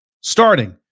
starting